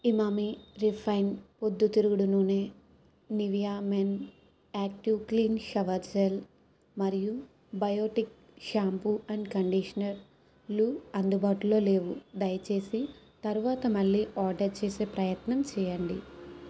Emami refined పొద్దుతిరుగుడు నూనె Nivea men active clean shower gel మరియు బయోటిక్ షాంపూ అండ్ కండిషనర్లు అందుబాటులో లేవు దయచేసి తరువాత మళ్ళీ ఆర్డర్ చేసే ప్రయత్నం చేయండి